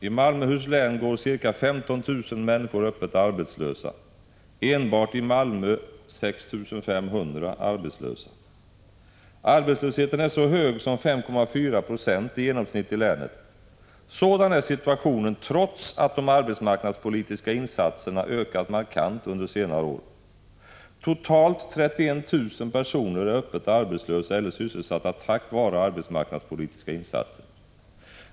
I Malmöhus län går ca 15 000 människor öppet arbetslösa, enbart i Malmö 6 500. Arbetslösheten är så hög som 5,4 960 i genomsnitt i länet. Sådan är situationen, trots att de arbetsmarknadspolitiska insatserna ökat markant under senare år. Totalt 31 000 personer är öppet arbetslösa eller sysselsatta tack vare arbetsmarknadspolitiska insatser.